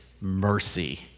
mercy